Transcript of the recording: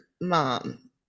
mom